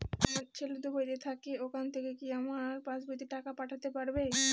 আমার ছেলে দুবাইতে থাকে ওখান থেকে কি আমার পাসবইতে টাকা পাঠাতে পারবে?